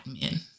men